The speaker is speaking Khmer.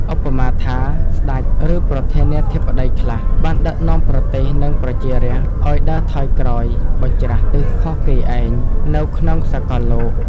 ឧបមាថា ស្តេច ឬ ប្រធានាធិបតីខ្លះ បានដឹកនាំប្រទេស និង ប្រជារាស្ត្រ ឲ្យដើរថយក្រោយ បញ្ច្រាសទិស ខុសគេឯង នៅក្នុងសកលលោក។